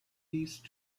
these